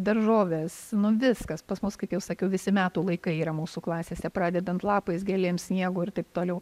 daržovės nu viskas pas mus kaip jau sakiau visi metų laikai yra mūsų klasėse pradedant lapais gėlėms sniegu ir taip toliau